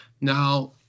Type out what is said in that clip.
Now